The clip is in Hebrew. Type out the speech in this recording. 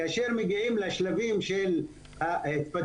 כאשר מגיעים לשלבים של ההתפתחויות,